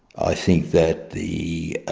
i think that the,